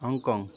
Hong Kong